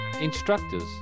instructors